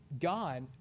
God